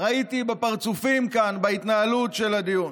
ראיתי בפרצופים כאן בהתנהלות של הדיון,